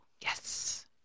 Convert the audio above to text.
Yes